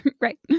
Right